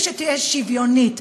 ושתהיה שוויונית,